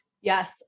yes